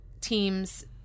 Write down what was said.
teams